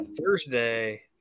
Thursday